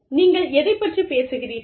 நீங்கள் எதைப் பற்றிப் பேசுகிறீர்கள்